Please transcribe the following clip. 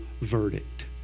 verdict